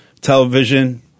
television